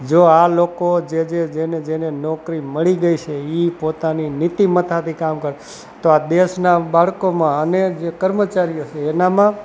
જો આ લોકો જે જે જેને જેને નોકરી મળી ગઈ છે એ પોતાની નીતિમત્તાથી કામ કરે તો આ દેશના બાળકોમાં અને જે કર્મચારીઓ છે એનામાં